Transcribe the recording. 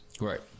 Right